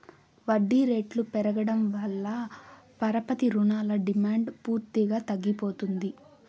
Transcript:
వడ్డీ రేట్లు పెరగడం వల్ల పరపతి రుణాల డిమాండ్ పూర్తిగా తగ్గిపోతుంది